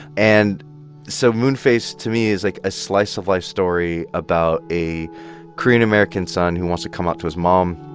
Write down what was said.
and so moonface to me is like a slice-of-life story about a korean american son who wants to come out to his mom,